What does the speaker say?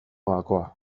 gakoa